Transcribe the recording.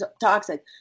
toxic